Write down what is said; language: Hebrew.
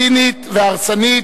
צינית והרסנית,